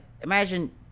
imagine